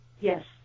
Yes